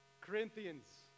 Corinthians